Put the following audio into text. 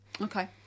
Okay